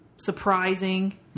surprising